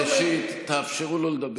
ראשית, תאפשרו לו לדבר.